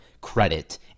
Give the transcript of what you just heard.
credit